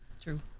True